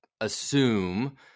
assume